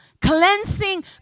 cleansing